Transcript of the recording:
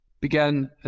began